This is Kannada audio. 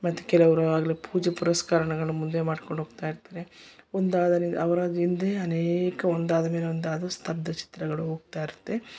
ಮತ್ತು ಕೆಲವರು ಆಗಲೇ ಪೂಜೆ ಪುರಸ್ಕಾರಗಳು ಮುಂದೆ ಮಾಡಿಕೊಂಡು ಹೋಗ್ತಾಯಿರ್ತಾರೆ ಒಂದಾದರಿಂದ ಅವರದ್ದು ಹಿಂದೆಯೇ ಅನೇಕ ಒಂದಾದ ಮೇಲೆ ಒಂದಾದ ಸ್ಥಬ್ಧ ಚಿತ್ರಗಳು ಹೋಗ್ತಾಯಿರುತ್ತೆ